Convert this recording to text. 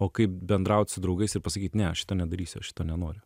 o kaip bendraut su draugais ir pasakyt ne aš šito nedarysiu aš šito nenoriu